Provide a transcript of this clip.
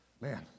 man